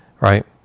right